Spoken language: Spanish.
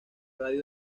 radio